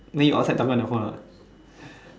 then you outside talking on the phone [what]